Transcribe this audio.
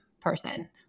person